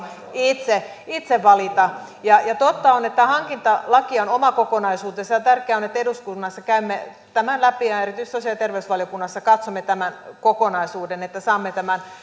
itse itse valita ja ja totta on että tämä hankintalaki on oma kokonaisuutensa ja tärkeää on että eduskunnassa käymme tämän läpi ja erityisesti sosiaali ja terveysvaliokunnassa katsomme tämän kokonaisuuden että saamme tämän